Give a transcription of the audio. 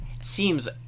seems